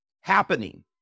happening